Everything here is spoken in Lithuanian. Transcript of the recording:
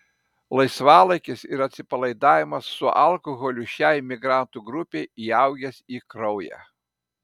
laisvalaikis ir atsipalaidavimas su alkoholiu šiai migrantų grupei įaugęs į kraują